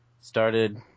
started